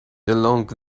along